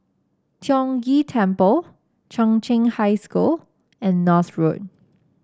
Tiong Ghee Temple Chung Cheng High School and North Road